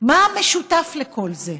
מה משותף לכל זה?